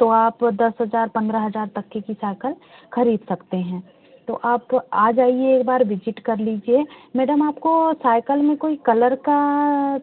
तो आप दस हज़ार पंद्रह हज़ार तक की साईकल ख़रीद सकते हैं तो आप आ जाइए एक बार विजिट कर लीजिए मैडम आपको साईकल में कोई कलर का